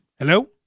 Hello